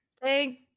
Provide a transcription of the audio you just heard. Thank